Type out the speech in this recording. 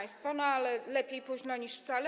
No, ale lepiej późno niż wcale.